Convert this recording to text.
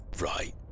right